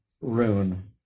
rune